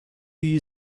you